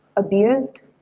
abused,